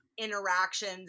interactions